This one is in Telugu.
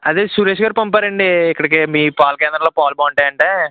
అదే సురేష్ గారు పంపారండి ఇక్కడికి మీ పాల కేంద్రాలలో పాలు బాగుంటాయి అంటే